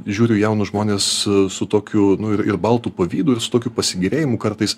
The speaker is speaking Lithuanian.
žiūriu į jaunus žmones su tokiu nu ir baltu pavydu ir su tokiu pasigėrėjimu kartais